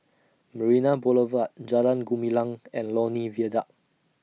Marina Boulevard Jalan Gumilang and Lornie Viaduct